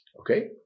okay